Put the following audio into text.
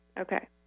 Okay